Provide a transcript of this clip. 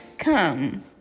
Come